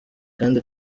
kandi